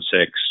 six